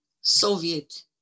Soviet